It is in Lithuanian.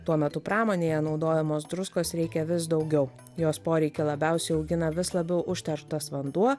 tuo metu pramonėje naudojamos druskos reikia vis daugiau jos poreikį labiausiai augina vis labiau užterštas vanduo